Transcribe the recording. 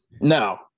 No